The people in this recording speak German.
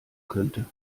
könnte